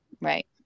Right